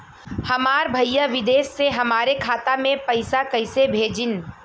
हमार भईया विदेश से हमारे खाता में पैसा कैसे भेजिह्न्न?